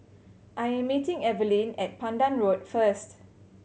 I'm meeting Evelyne at Pandan Road first